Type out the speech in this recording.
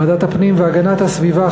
בוועדת הפנים והגנת הסביבה,